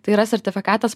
tai yra sertifikatas